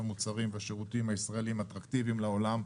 שהמוצרים והשירותים הישראליים אטרקטיביים לעולם,